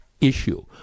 issue